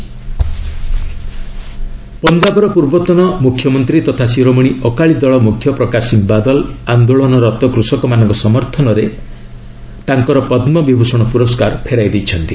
ପ୍ରକାଶ ସିଂହ ବାଦଲ ପଞ୍ଜାବର ପୂର୍ବତନ ମୁଖ୍ୟମନ୍ତ୍ରୀ ତଥା ଶିରୋମଣୀ ଅକାଳୀ ଦଳ ମୁଖ୍ୟ ପ୍ରକାଶ ସିଂହ ବାଦଲ ଆନ୍ଦୋଳନରତ କୃଷକମାନଙ୍କ ସମର୍ଥନରେ ତାଙ୍କର ପଦ୍ମବିଭୂଷଣ ପୁରସ୍କାର ଫେରାଇ ଦେଇଛନ୍ତି